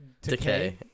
decay